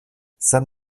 san